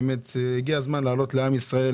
באמת הגיע הזמן לעלות לעם ישראל.